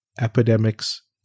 epidemics